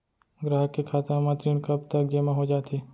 ग्राहक के खाता म ऋण कब तक जेमा हो जाथे?